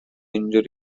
injury